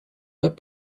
web